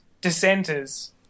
dissenters